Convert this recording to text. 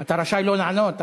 אתה רשאי לא לענות,